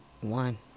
one